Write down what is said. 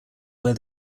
where